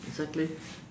exactly